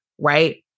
right